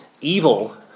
evil